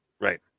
right